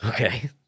Okay